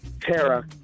Tara